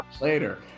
later